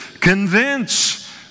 Convince